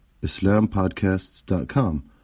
islampodcasts.com